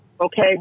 Okay